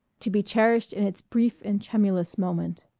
to be cherished in its brief and tremulous moment.